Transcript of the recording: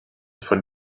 von